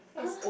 !huh!